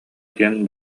диэн